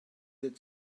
êtes